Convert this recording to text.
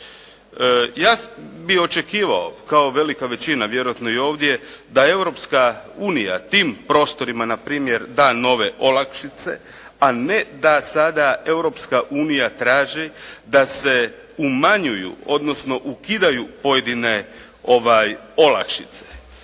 Ja bih očekivao, kao i velika većina vjerojatno i ovdje da Europska unija tim prostorima npr. da nove olakšice a ne da sada Europska unija traži da se umanjuju, odnosno ukidaju pojedine olakšice.